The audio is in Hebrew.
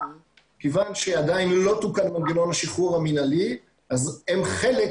כיוון שעדיין לא תוקן מנגנון השחרור המנהלי אז הם חלק